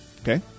Okay